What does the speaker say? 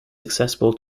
accessible